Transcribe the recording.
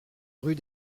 rue